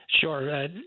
Sure